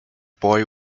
boy